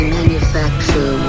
manufacture